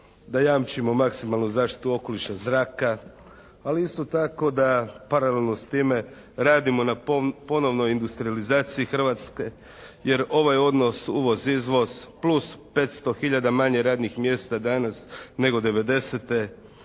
da jamčimo maksimalnu zaštitu okoliša zraka. Ali isto tako da paralelno s time radimo na ponovnoj industrijalizaciji Hrvatske jer ovaj odnos uvoz-izvoz plus 500 hiljada manje radnih mjesta danas nego '90.,